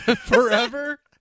Forever